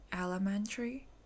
elementary